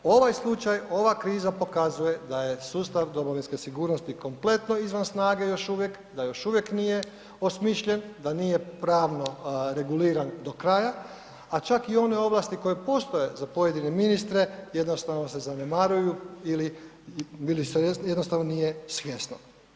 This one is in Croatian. Ovaj slučaj, ova kriza pokazuje da je sustav domovinske sigurnosti kompletno izvan snage još uvijek, da još uvijek nije osmišljen, da nije pravno reguliran do kraja, a čak i one ovlasti koje postoje za pojedine ministre jednostavno se zanemaruju ili, ili jednostavno nije svjesno.